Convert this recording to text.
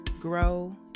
grow